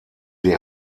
sie